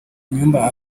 inyumba